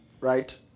Right